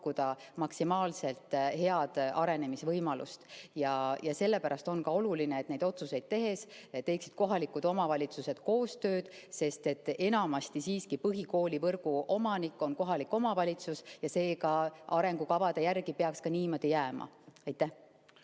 maksimaalselt head arenemisvõimalust. Ja sellepärast on oluline, et neid otsuseid tehes teeksid kohalikud omavalitsused koostööd, sest enamasti siiski põhikoolivõrgu omanik on kohalik omavalitsus ja arengukavade järgi peaks ka niimoodi jääma. Ja